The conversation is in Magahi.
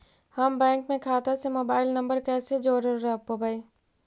हम बैंक में खाता से मोबाईल नंबर कैसे जोड़ रोपबै?